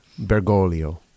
Bergoglio